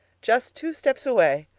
just two steps away,